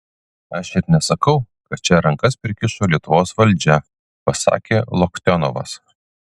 aš ir nesakau kad čia rankas prikišo lietuvos valdžia pasakė loktionovas